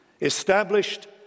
established